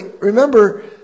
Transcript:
remember